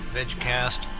VegCast